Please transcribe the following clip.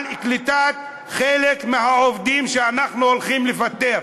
על קליטת חלק מהעובדים שאנחנו הולכים לפטר.